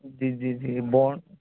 जी जी जी बोन